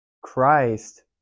Christ